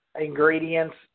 ingredients